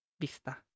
Vista